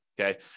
okay